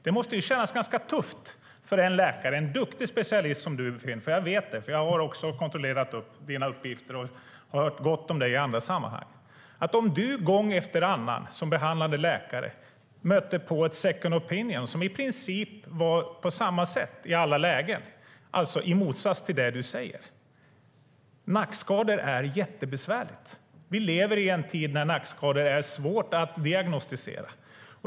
Det måste kännas ganska tufft för en läkare, en duktig specialist som du, Finn - jag vet att du är det, för jag har kontrollerat dina uppgifter och har hört gott om dig i andra sammanhang - att gång efter annan som behandlande läkare möta en second opinion som i princip är likadan i alla lägen och står i motsats till det du säger. Nackskador är jättebesvärliga. Vi lever i en tid när nackskador är svåra att diagnostisera.